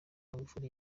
magufuli